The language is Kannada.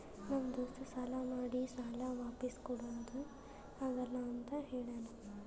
ನಮ್ ದೋಸ್ತ ಸಾಲಾ ಮಾಡಿ ಸಾಲಾ ವಾಪಿಸ್ ಕುಡಾದು ಆಗಲ್ಲ ಅಂತ ಹೇಳ್ಯಾನ್